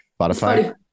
Spotify